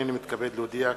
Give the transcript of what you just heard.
הנני מתכבד להודיע,